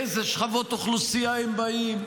מאיזה שכבות אוכלוסייה הם באים?